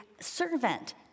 servant